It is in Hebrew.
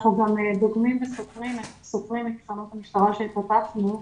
אנחנו גם דוגמים וסופרים את תחנות המשטרה שפתחנו,